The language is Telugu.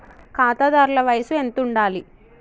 ఖాతాదారుల వయసు ఎంతుండాలి?